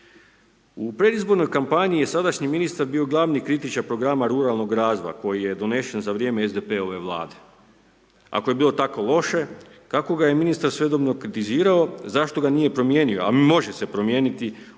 U predizbornoj kampanji je sadašnji ministar bio glavni kritičar programa ruralnog razvoja koji je donesen sa vrijeme SDP-ove Vlade. Ako je bilo tako loše, kako ga je ministar svojedobno kritizirao, zašto ga nije promijenio a može se promijeniti u